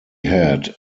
had